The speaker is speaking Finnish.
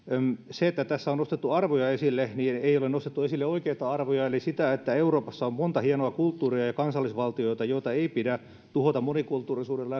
tässä on nostettu esille arvoja mutta ei ole nostettu esille oikeita arvoja eli sitä että euroopassa on monta hienoa kulttuuria ja ja kansallisvaltioita joita ei pidä tuhota monikulttuurisuudella